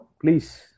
please